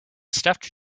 stuffed